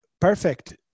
Perfect